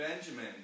Benjamin